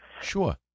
sure